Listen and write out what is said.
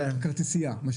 מה שנקרא כרטיסיה.